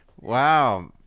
wow